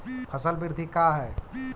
फसल वृद्धि का है?